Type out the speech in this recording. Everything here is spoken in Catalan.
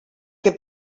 que